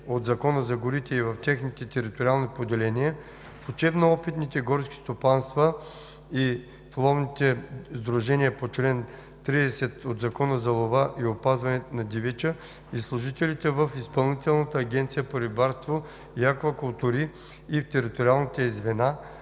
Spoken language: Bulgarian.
от Закона за горите и в техните териториални поделения, в учебно-опитните горски стопанства и в ловните сдружения по чл. 30 от Закона за лова и опазване на дивеча и служителите в Изпълнителната агенция по рибарство и аквакултури и в териториалните ѝ звена